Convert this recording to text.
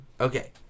Okay